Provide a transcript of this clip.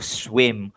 swim